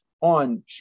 on